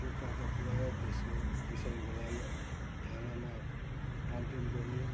चोटपटक पुऱ्यायो त्यसको विषयको लागि थानामा कमप्लेन गर्नु